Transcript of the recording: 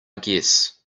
guess